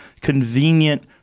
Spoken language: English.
convenient